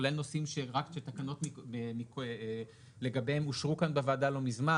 כולל נושאים שרק לגביהם אושרו כאן בוועדה לא מזמן,